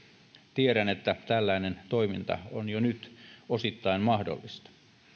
tiedän että tällainen toiminta on jo nyt osittain mahdollista